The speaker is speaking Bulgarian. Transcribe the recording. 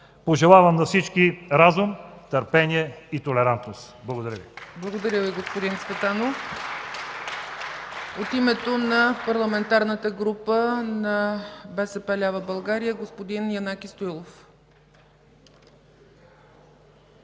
Пожелавам на всички разум, търпение и толерантност! Благодаря Ви.